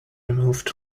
removed